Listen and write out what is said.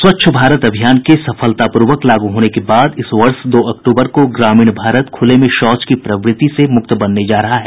स्वच्छ भारत अभियान के सफलतापूर्वक लागू होने के बाद इस वर्ष दो अक्टूबर को ग्रामीण भारत खुले में शौच की प्रवृत्ति से मुक्त बनने जा रहा है